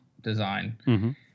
design